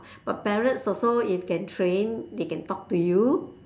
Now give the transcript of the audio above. but parrots also if can train they can talk to you